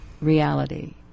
reality